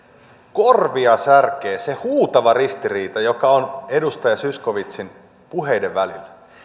korvia särkee se huutava ristiriita joka on edustaja zyskowiczin puheiden välillä